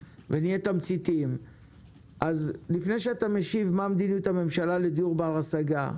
לפני שאתה משיב מה מדיניות הממשלה לדיור בר השגה,